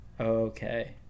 okay